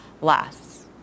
lasts